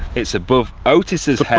it's above otis's